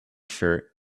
shirt